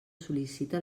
sol·licita